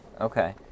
Okay